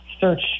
search